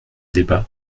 débat